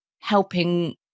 helping